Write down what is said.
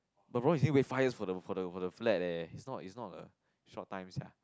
my problem is need wait five years for the for the for the flat eh is not is not a short time sia